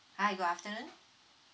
hi good afternoon